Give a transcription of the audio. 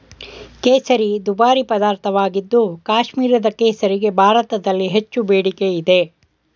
ಕೇಸರಿ ದುಬಾರಿ ಪದಾರ್ಥವಾಗಿದ್ದು ಕಾಶ್ಮೀರದ ಕೇಸರಿಗೆ ಭಾರತದಲ್ಲಿ ಹೆಚ್ಚು ಬೇಡಿಕೆ ಇದೆ